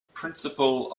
principle